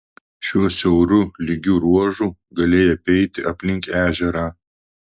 šiuo siauru lygiu ruožu galėjai apeiti aplink ežerą